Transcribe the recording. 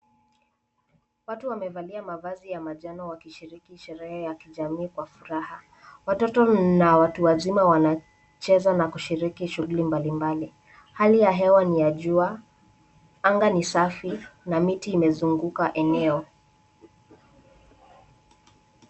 Watu wamevalia mavazi ya manjano wakishiriki sherehe ya kijamii kwa furaha. Watoto na watu wazima wanacheza na kushiriki shughuli mbalimbali. Hali ya hewa ni ya jua, anga ni safi na miti imezunguka eneo.